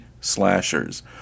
Slashers